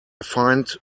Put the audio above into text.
find